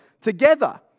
together